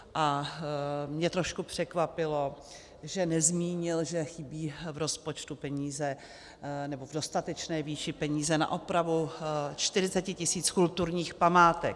A mě trošku překvapilo, že nezmínil, že chybí v rozpočtu v dostatečné výši peníze na opravdu 40 tisíc kulturních památek.